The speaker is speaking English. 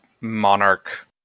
monarch